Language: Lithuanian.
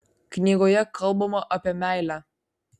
knygoje kalbama apie meilę